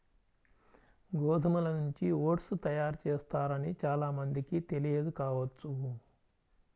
గోధుమల నుంచి ఓట్స్ తయారు చేస్తారని చాలా మందికి తెలియదు కావచ్చు